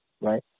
right